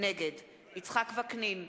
נגד יצחק וקנין,